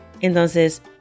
Entonces